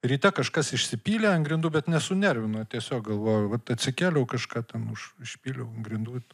ryte kažkas išsipylė ant grindų bet nesunervino tiesiog galvojau vat atsikėliau kažką ten už išpyliau ant grindų